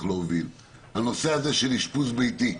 להוביל ואני מדבר על הנושא הזה של אשפוז ביתי.